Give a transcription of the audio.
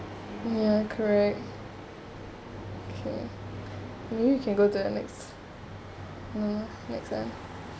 ya correct okay you can go to the next uh next ah